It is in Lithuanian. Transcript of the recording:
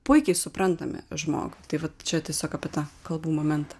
puikiai suprantami žmogui tai vat čia tiesiog apie tą kalbu momentą